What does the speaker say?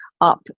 up